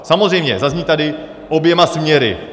Samozřejmě, zazní tady oběma směry.